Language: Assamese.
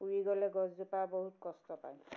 পুৰি গ'লে গছজোপা বহুত কষ্ট পায়